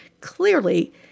Clearly